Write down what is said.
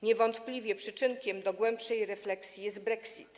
Niewątpliwie przyczynkiem do głębszej refleksji jest brexit.